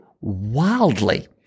wildly